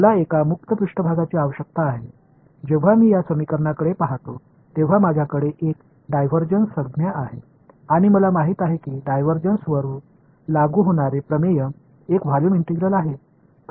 எனவே எனக்கு ஒரு திறந்த மேற்பரப்பு தேவை இந்த சமன்பாட்டிற்கு வரும்போது எனக்கு ஒரு டைவர்ஜன்ஸ் வெளிப்பாடு உள்ளது மேலும் டைவர்ஜன்ஸ் பொருந்தும் தேற்றம் ஒரு வாள்யூம் இன்டெக்ரலை கொண்டுள்ளது என்பதை நான் அறிவேன்